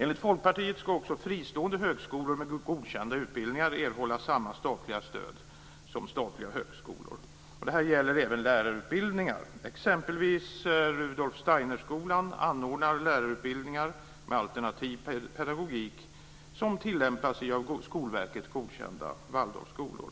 Enligt Folkpartiet ska också fristående högskolor med godkända utbildningar erhålla samma statliga stöd som statliga högskolor. Det gäller även lärarutbildningar. Exempelvis Rudolf Steinerskolan anordnar utbildning med alternativ pedagogik som tillämpas i av Skolverket godkända Waldorfskolor.